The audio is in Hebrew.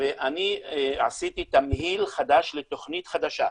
ואני עשיתי תמהיל חדש לתוכנית חדשה.